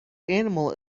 animal